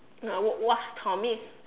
uh w~ watch comics